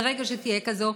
אבל ברגע שתהיה כזאת,